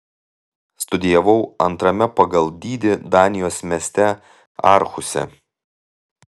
studijavau antrame pagal dydį danijos mieste aarhuse